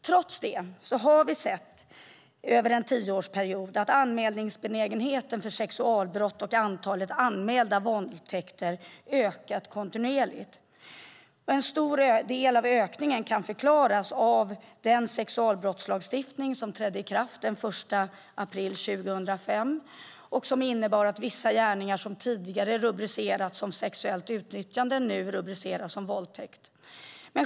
Trots detta har vi över en tioårsperiod sett att anmälningsbenägenheten för sexualbrott och antalet anmälda våldtäkter kontinuerligt har ökat. En stor del av ökningen kan förklaras av den sexualbrottslagstiftning som trädde i kraft den 1 april 2005 och som innebar att vissa gärningar som tidigare rubricerats som sexuellt utnyttjande nu rubriceras som våldtäkt.